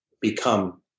become